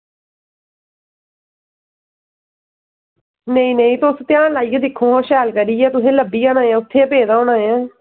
नेईं नेईं तुस ध्यान लाइयै दिक्खो शैल करियै तुसेंगी लब्भी जाना उत्थें गै पेदा होना ऐ